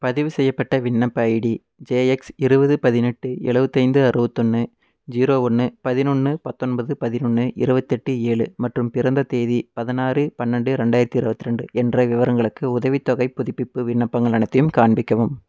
பதிவுசெய்யப்பட்ட விண்ணப்ப ID JX இருபது பதினெட்டு எழுபத்தி ஐந்து அறுவத்தொன்று ஜீரோ ஒன்று பதினொன்னு பத்தொன்பது பதினொன்று இருபத்தெட்டு ஏழு மற்றும் பிறந்த தேதி பதினாறு பன்னெண்டு ரெண்டாயிரத்தி இருபத்தி ரெண்டு என்ற விவரங்களுக்கு உதவித்தொகைப் புதுப்பிப்பு விண்ணப்பங்கள் அனைத்தையும் காண்பிக்கவும்